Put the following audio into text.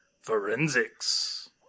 Forensics